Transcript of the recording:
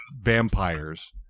vampires